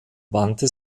wandte